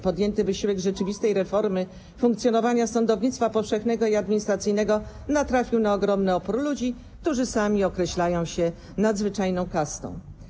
Podjęty wysiłek rzeczywistej reformy funkcjonowania sądownictwa powszechnego i administracyjnego natrafił na ogromny opór ludzi, którzy sami określają się jako nadzwyczajna kasta.